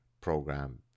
program